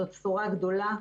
זאת בשורה גדולה,